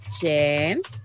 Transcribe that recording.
james